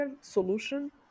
solution